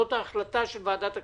זאת ההחלטה של ועדת הכספים.